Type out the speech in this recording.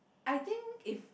I think if